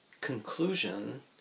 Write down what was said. conclusion